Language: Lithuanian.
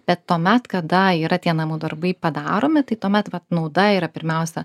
bet tuomet kada yra tie namų darbai padaromi tai tuomet vat nauda yra pirmiausia